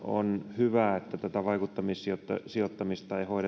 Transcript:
hyvä että tätä vaikuttamissijoittamista ei hoideta